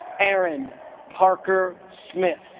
erin parker smith